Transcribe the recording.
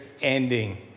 ending